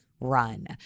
run